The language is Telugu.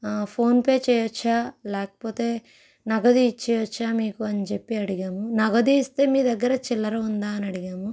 ఫోన్ పే చెయ్యొచ్చా లేకపోతే నగదు ఇచ్చేయవచ్చా మీకు అని చెప్పి అడిగాము నగదు ఇస్తే మీ దగ్గర చిల్లర ఉందా అని అడిగాము